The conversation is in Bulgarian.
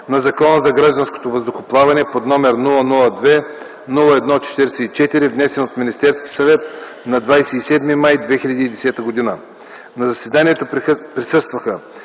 на Закона за гражданското въздухоплаване под № 002-01-44, внесен от Министерския съвет на 27 май 2010 г. На заседанието присъстваха: